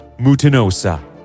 Mutinosa